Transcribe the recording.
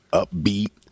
upbeat